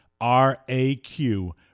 R-A-Q